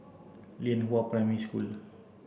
Lianhua Primary School